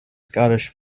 scottish